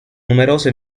numerose